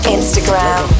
Instagram